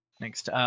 next